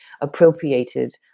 appropriated